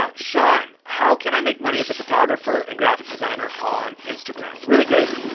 ah sean, how can i make money as a photographer and graphic designer on instagram? really great.